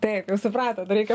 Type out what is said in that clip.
taip jau supratot reikia